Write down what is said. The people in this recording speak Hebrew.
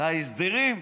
את ההסדרים,